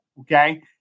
Okay